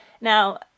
Now